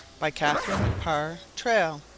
by catharine parr traill